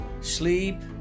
sleep